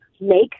make